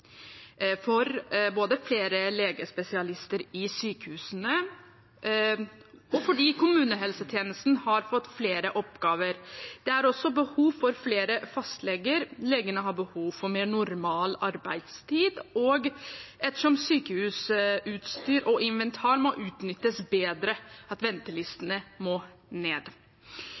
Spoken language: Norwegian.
både for å få flere legespesialister i sykehusene og fordi kommunehelsetjenesten har fått flere oppgaver. Det er også behov for flere fastleger, legene har behov for mer normal arbeidstid, sykehusutstyr og -inventar må utnyttes bedre, og ventelistene må ned.